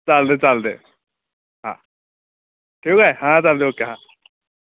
चालते चालते हां ठेवू काय हां चालते ओके हां